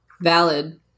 Valid